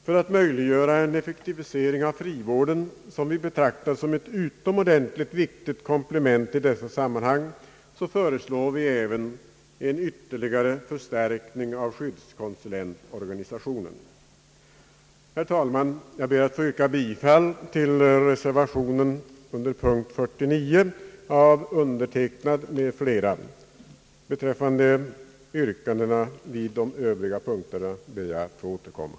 För att möjliggöra en effektivisering av frivården, som vi betraktar som ett utomordentligt viktigt komplement i dessa sammanhang, föreslår vi även en ytterligare förstärkning av skyddskonsulentorganisationen. Herr talman! Jag ber att få yrka bifall till reservationen av mig m.fl. vid punkten 49. Beträffande yrkanden vid övriga punkter ber jag att få återkomma.